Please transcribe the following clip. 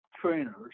trainers